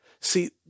See